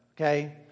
okay